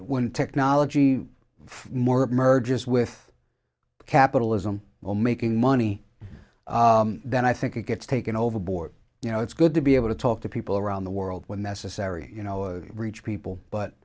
when technology more merges with capitalism well making money then i think it gets taken over board you know it's good to be able to talk to people around the world when necessary you know reach people